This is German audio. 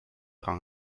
rang